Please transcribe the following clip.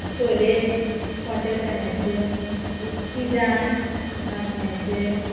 छोले मोटे चण्याचे मागीर तिजान नाचण्याचें